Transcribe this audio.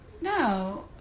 No